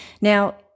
Now